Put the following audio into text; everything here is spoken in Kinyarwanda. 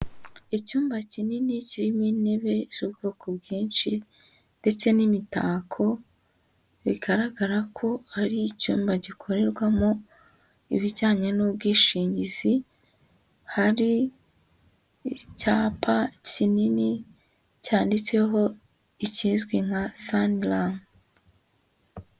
Icyumba kinini kirimo intebe z'ubwoko bwinshi ndetse n'imitako bigaragarako ari icyumba gikorerwamo ibijyanye n'ubwishingizi, hari icyapa kinini cyanditseho ikizwi nka Saniramu.